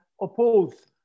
oppose